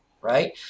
right